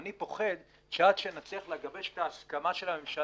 אני פוחד שעד שנצליח לגבש את ההסכמה של הממשלה,